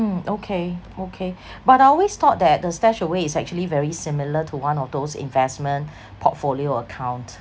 mm okay okay but I always thought that the StashAway is actually very similar to one of those investment portfolio account